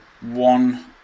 one